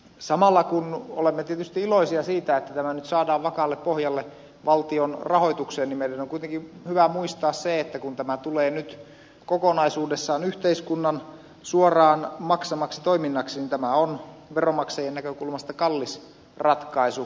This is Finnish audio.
samalla kun olemme tietysti iloisia siitä että tämä nyt saadaan vakaalle pohjalle valtion rahoitukseen meidän on kuitenkin hyvä muistaa se että kun tämä tulee nyt kokonaisuudessaan yhteiskunnan suoraan maksamaksi toiminnaksi niin tämä on veronmaksajien näkökulmasta kallis ratkaisu